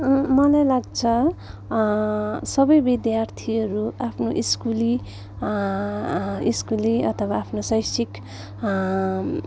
मलाई लाग्छ सबै विद्यार्थीहरू आफ्नो स्कुले स्कुले अथवा आफ्नो शैक्षिक